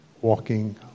walking